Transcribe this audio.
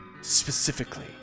specifically